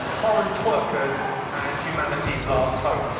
foreign twerkers and humanity's last hope.